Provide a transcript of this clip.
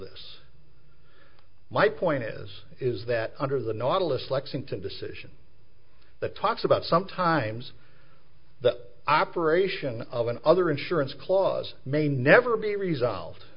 this my point is is that under the nautilus lexington decision that talks about sometimes the operation of an other insurance clause may never be resolved